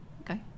Okay